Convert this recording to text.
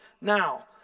Now